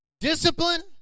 Discipline